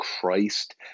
Christ